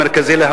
אני סיימתי.